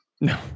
No